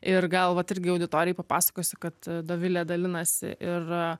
ir gal vat irgi auditorijai papasakosi kad dovilė dalinasi ir